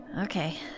Okay